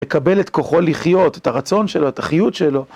מקבל את כוחו לחיות, את הרצון שלו, את החיות שלו.